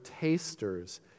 tasters